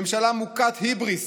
ממשלה מוכת היבריס,